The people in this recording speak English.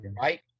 Right